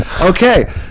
Okay